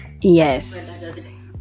Yes